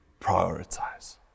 prioritize